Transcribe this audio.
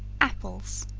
apples.